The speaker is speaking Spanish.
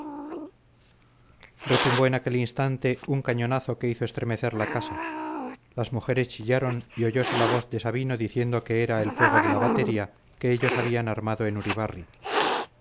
no sééé retumbó en aquel instante un cañonazo que hizo estremecer la casa las mujeres chillaron y oyose la voz de sabino diciendo que era el fuego de la batería que ellos habían armado en uribarri